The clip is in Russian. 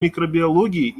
микробиологии